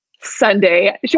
Sunday